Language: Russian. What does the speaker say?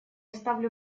ставлю